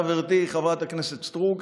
חברתי חברת הכנסת סטרוק,